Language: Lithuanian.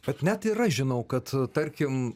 tad net ir aš žinau kad tarkim